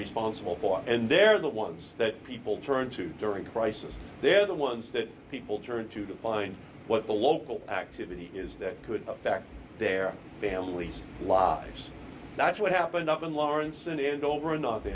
responsible for and they're the ones that people turn to during crisis they're the ones that people turn to define what the local activity is that could affect their family's lives that's what happened up in lawrence and end